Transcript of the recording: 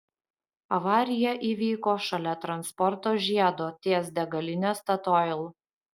avarija įvyko šalia transporto žiedo ties degaline statoil